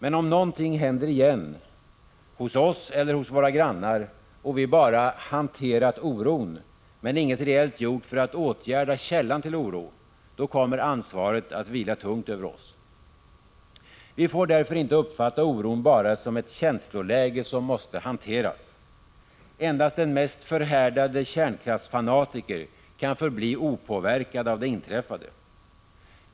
Men om någonting händer igen hos oss eller hos våra grannar och vi bara ”hanterat oron” men inget reellt gjort för att åtgärda källan till oro, då kommer ansvaret att vila tungt över oss. Vi får därför inte uppfatta oron bara som ett känsloläge som måste hanteras. Endast den mest förhärdade kärnkraftsfanatiker kan förbli opåverkad av det inträffade.